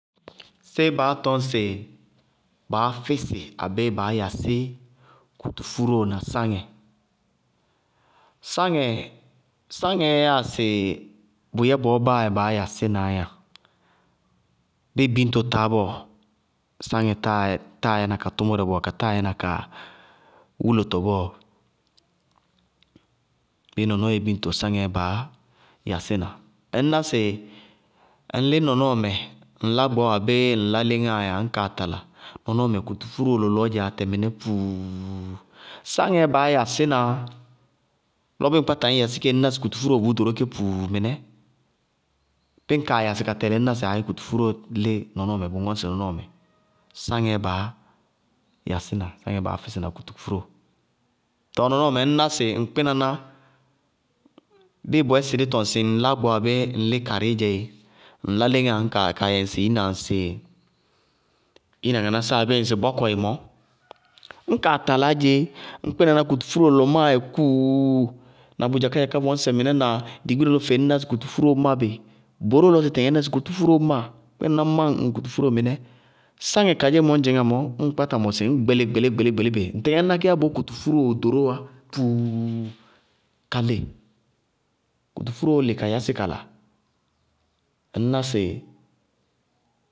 Séé baá tɔñ sɩ baá físɩ abéé baá yasí kutufúróo na sáŋɛ. Sáŋɛ sáŋɛ yáa sɩ bʋyɛ bɔɔ báa yɛ baá yasínaá yá. Bíɩ biñto táá bɔɔ, sáŋɛ táa yɛna ka tʋmʋrɛ bɔɔ ka táa yɛna ka wúlotɔ bɔɔ. Bíɩ nɔnɔɔ yɛ biñto, sáŋɛɛ baá yasína, ŋñná sɩ ŋ lí nɔnɔɔmɛ ŋlá gbɔɔ abéé ŋlá léŋáa yáa, ñ kaa tala nɔnɔɔ mɛ kutufúróo lɔlɔɔ dzɛ atɛ mɩnɛ puuuuu! Sáŋɛɛ baá yasína, lɔ bíɩ ŋ kpáta ŋñ yasí ŋñ ná sɩ kutufúróo wɛ bʋʋ ɖoró ké puuu mɩnɛ, bíɩ ñ kaa yasɩ ka tɛlɩ ŋñná sɩ kutufúróo lí nɔnɔɔmɛ, bʋ ŋɔñsɩ nɔnɔɔmɛ, sáŋɛɛ baá yasína, sáŋɛɛ baá físɩna kutufúróo. Tɔɔ nɔnɔɔ mɛ ŋñná sɩ ŋ kpínaná, bíɩ bʋyɛ sɩ dí tɔŋ sɩ ŋ lá gbɔɔɔ abéé ŋlí karɩí dzɛ éé, ŋlá léŋáa ñ kaa yɛ ŋsɩ ina ŋsɩ ina ŋanásá abéé ŋsɩ bɔkɔɩ mɔɔ, ñ kaa talaá dzeé, ŋ kpínaná kutufúróo lɔlɔ máá dzɛ puuu na bʋʋ dzakádzaká vɔɔsɛ vɔɔsɛɛ mɩnɛ na ɖigbire lɔ feé ŋñná sɩ kutufúróo má bɩ, boróo lɔ tɩtɩŋɛ ŋñná sɩ kutufúróo máa, kpínaná má ŋ kutufúróo mɩnɛ, sáŋɛ kadzémɔ ñ dzɩñŋá mɔɔ, ñŋ kpáta mɔsɩ ŋñ gbɩlí-gbɩlí bɩ, ŋ tɩtɩŋɛ ŋñná kéé yá bɔɔ kutufúróo ɖorówá puuu kalɩ, kutufúróo lɩ ka yasí kala, ŋñná sɩ.